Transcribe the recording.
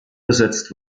besetzt